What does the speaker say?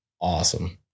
Awesome